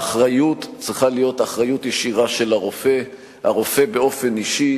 האחריות צריכה להיות אחריות ישירה של הרופא הרופא באופן אישי,